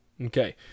Okay